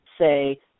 say